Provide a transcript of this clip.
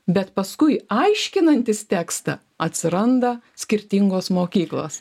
bet paskui aiškinantis tekstą atsiranda skirtingos mokyklos